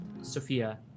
Sophia